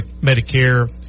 Medicare